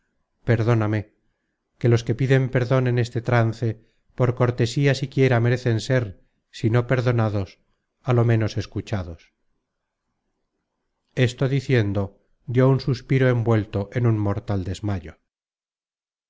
perdóname que los que piden perdon en este trance por cortesía siquiera merecen ser si no perdonados á lo menos escuchados esto diciendo dió un suspiro envuelto en un mortal desmayo